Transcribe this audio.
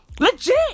Legit